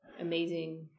amazing